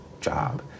job